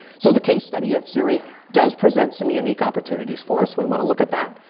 so the case study of syria does present some unique opportunities for us. we want to look at that.